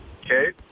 Okay